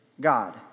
God